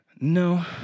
No